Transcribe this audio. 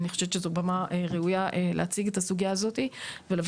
אני חושבת שזו במה ראויה להציג את הסוגיה הזו ולבקש